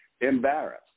embarrassed